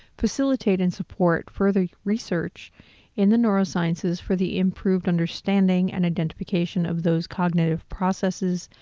facilitate and support further research in the neurosciences for the improved understanding and identification of those cognitive processes,